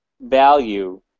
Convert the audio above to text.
Value